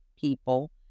people